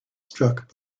struck